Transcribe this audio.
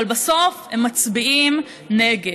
אבל בסוף הם מצביעים נגד.